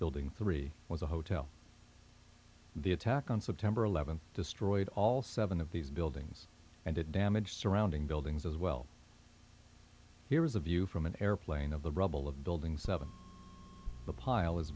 building three was a hotel and the attack on september eleventh destroyed all seven of these buildings and it damaged surrounding buildings as well here's a view from an airplane of the rubble of the building seven the pile is